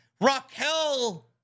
Raquel